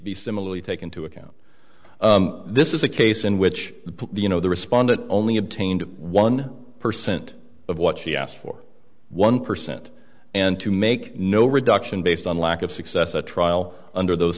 e similarly take into account this is a case in which the you know the respondent only obtained one percent of what she asked for one percent and to make no reduction based on lack of success a trial under those